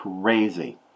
Crazy